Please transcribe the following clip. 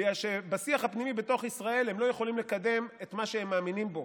בגלל שבשיח הפנימי בתוך ישראל הם לא יכולים לקדם את מה שהם מאמינים בו.